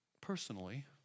personally